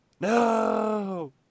no